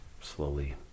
slowly